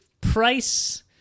Price